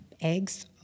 eggs